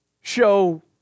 show